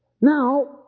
Now